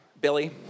Billy